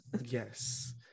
Yes